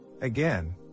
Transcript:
Again